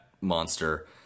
monster